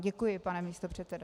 Děkuji, pane místopředsedo.